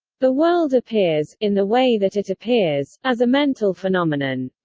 the world appears, in the way that it appears, as a mental phenomenon.